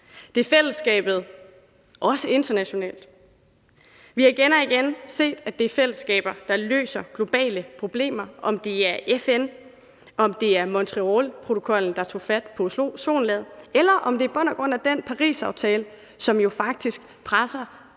Det er fællesskabet også internationalt. Vi har igen og igen set, at det er fællesskaber, der løser globale problemer – om det er FN, om det er Montrealprotokollen, der tog fat på ozonlaget, eller om det i bund og grund er den Parisaftale, som jo faktisk presser